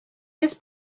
miss